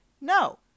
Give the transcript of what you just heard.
no